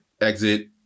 exit